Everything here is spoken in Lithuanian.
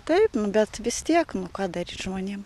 taip nu bet vis tiek nu ką daryt žmonėm